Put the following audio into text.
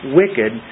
wicked